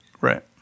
Right